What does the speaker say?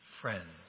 friend